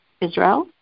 Israel